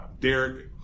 Derek